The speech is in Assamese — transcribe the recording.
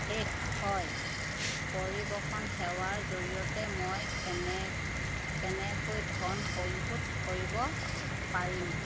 শেষ হয় পৰিৱহণ সেৱাৰ জৰিয়তে মই কেনে কেনেকৈ ধন পৰিশোধ কৰিব পাৰিম